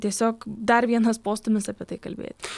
tiesiog dar vienas postūmis apie tai kalbėti